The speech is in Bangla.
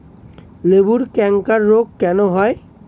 লেবুর ক্যাংকার রোগ কেন হয়?